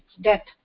death